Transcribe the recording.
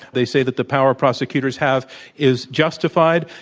they say that the power prosecutors have is justified,